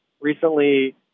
Recently